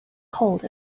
cold